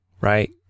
right